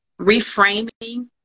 reframing